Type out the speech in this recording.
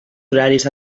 horaris